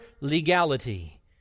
Legality